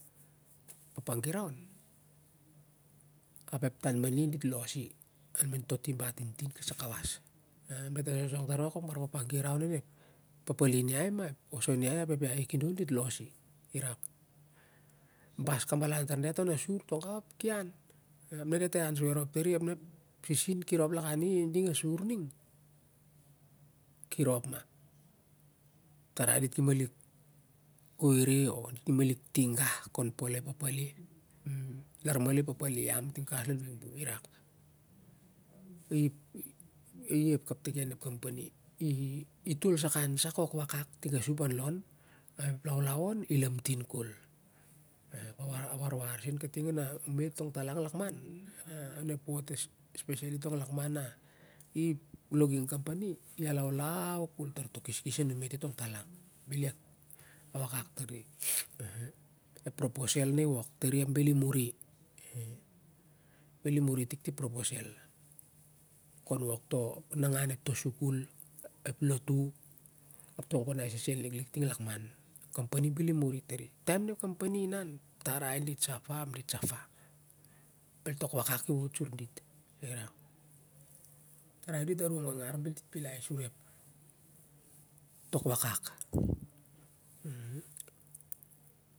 Papa guraun ap ep tan mani dit los arin lo timba tintin dt los i ap diat a sosong tar ma bar papa giraun onep oson iai ap ep papalin iai ap ep iai kidiil dit los i bas kabalau tar aliat on a sur tongau ap ki an ep na diat ian soi arop tan i ap ep sisin ki rop lakan i a surning a ki an ki rop ma tarai dit ki malik koi re o dit ki malik ting gah kon polep papa le lar malo ep papa le lar malo ep papale ian ting kawas lon buibui irak i ep kamtiken ep company i tol sakan sa kot wakak tiga sup an lon ma ep laulau on i lantin kol i alaulau koi tan ep keskes a nu mit tongtalang bel i awakak tari ep proposel na i wak tari ap be; i muri be i muri tik ti proposel kom wok to nangan to sukul ep lotu ap to organisation tin lakman ep company bel i muri taru na ep company o inau tarai dit sofa dit sapa bel tok wakak i wot suri dit irak